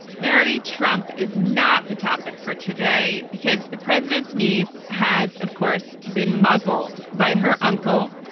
mary trump is not the topic for today because the president's niece has, of course, been muzzled by her uncle,